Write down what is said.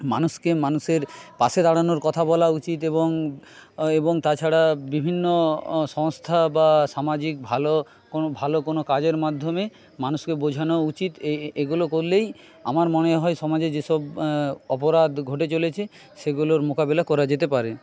মানুষকে মানুষের পাশে দাঁড়ানোর কথা বলা উচিত এবং তাছাড়া বিভিন্ন সংস্থা বা সামাজিক ভালো কোনো ভালো কোন কাজের মাধ্যমে মানুষকে বোঝানো উচিত এগুলো করলেই আমার মনে হয় সমাজে যে সব অপরাধ ঘটে চলেছে সেগুলোর মোকাবিলা করা যেতে পারে